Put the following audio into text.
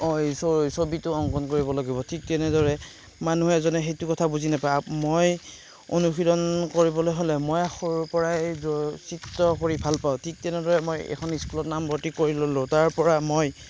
অঁ এই ছবিটো অংকন কৰিব লাগিব ঠিক তেনেদৰে মানুহ এজনে সেইটো কথা বুজি নাপায় মই অনুশীলন কৰিবলৈ হ'লে মই সৰুৰপৰাই চিত্ৰ কৰি ভালপাওঁ ঠিক তেনেদৰে মই এখন স্কুলত নাম ভৰ্তি কৰি ল'লোঁ তাৰপৰা মই